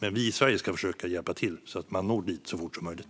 Men Sverige ska försöka att hjälpa till så att man når dit så fort som möjligt.